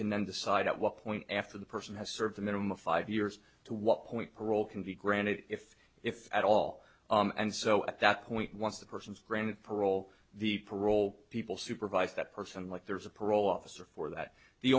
can then decide at what point after the person has served a minimum of five years to what point parole can be granted if if at all and so at that point once the person granted parole the parole people supervise that person like there's a parole officer for that the